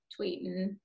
tweeting